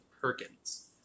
Perkins